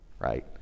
right